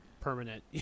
permanent